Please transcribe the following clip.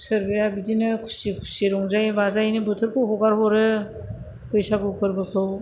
सोरबाया बिदिनो खुसि खुसि रंजायै बाजायैनो बोथोर हगार हरो बैसागु फोरबोखौ